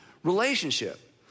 Relationship